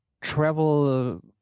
travel